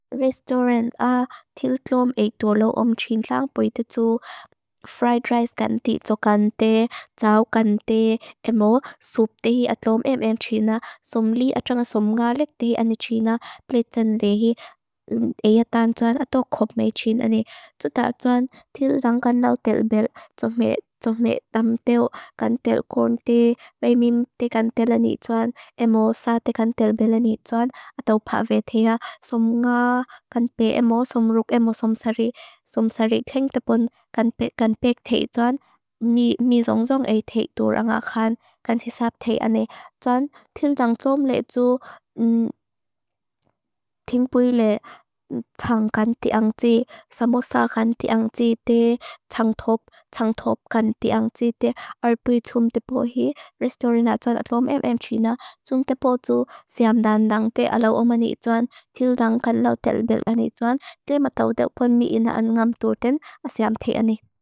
Restaurant a til tlom 8 dolo om tsin lang pwede tsu fried rice kan ti tso kan te, tsao kan te, emo soup te hi a tlom em em tsin na, som li a tlong som ngalik te ani tsin na, platen le hi, ea tan tsoan ato khob mai tsin ani. Tuta tsoan til rang kan lau telbel, som le tam tel, kan tel kon te, mai mim te kan tel ani tsoan, emo saa te kan telbel ani tsoan, ato pa ve te a som nga kan pe emo, som ruk emo, som sari, som sari ting tapon kan pek te tsoan, mi rong rong e te tu rang a khan, kan sisap te ani. Tsoan til rang tlom le tsu tingpuy le tsang kan te ang tsi, samosa kan te ang tsi, te tsang top, tsang top kan te ang tsi, te alpuy tsum te po hi, restaurant a tlom 8 em em tsin na, tsum te po tsu siam dan dang te alo omani tsoan, til rang kan lau telbel ani tsoan, ke mataw de pon mi ina ang ngam toten a siam te ani.